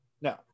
no